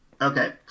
okay